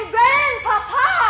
Grandpapa